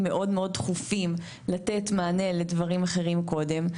מאוד מאוד דחופים לתת מענה לדברים אחרים קודם.